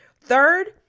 Third